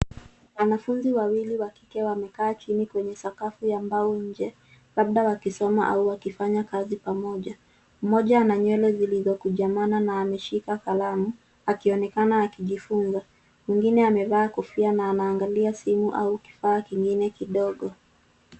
Wanafunzi wawili wa Kike wamekaa chini kwenye sakafu ya mbao nje, labda wakisoma au wakifanya kazi pamoja. Mmoja ana nywele zilizokunjamana na ameshika kalamu ,akionekana akijifunza. Mwingine amevaa kofia na aangalia simu au kifaa kingine kidogo.